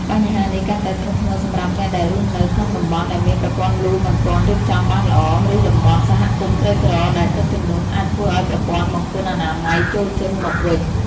បញ្ហានេះកាន់តែធ្ងន់ធ្ងរសម្រាប់អ្នកដែលរស់នៅក្នុងតំបន់ដែលមានប្រព័ន្ធលូមិនទាន់រៀបចំបានល្អ ឬតំបន់សហគមន៍ក្រីក្រ ដែលទឹកជំនន់អាចធ្វើឱ្យប្រព័ន្ធបង្គន់អនាម័យជោរជន់មកវិញ។